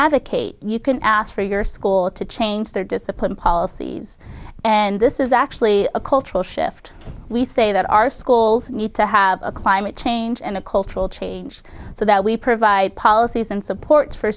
advocate you can ask for your school to change their discipline policies and this is actually a cultural shift we say that our schools need to have a climate change and a cultural change so that we provide policies and support for